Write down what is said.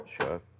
Sure